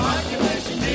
Occupation